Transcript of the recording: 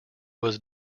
was